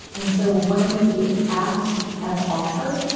and so when we ask and offer,